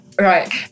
Right